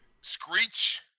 Screech